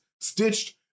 stitched